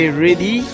ready